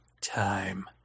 time